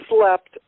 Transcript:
slept